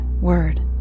word